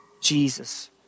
Jesus